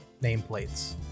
nameplates